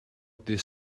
dydd